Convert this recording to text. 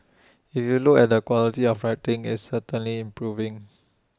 if you look at the quality of writing it's certainly improving